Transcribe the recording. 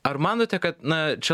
ar manote kad na čia